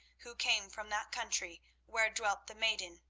who came from that country where dwelt the maiden,